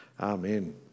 Amen